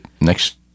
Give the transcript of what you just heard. next